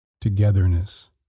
Togetherness